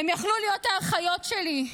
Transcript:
הן יכלו להיות האחיות שלי.